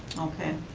okay.